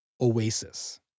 oasis